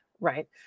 right